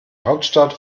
hauptstadt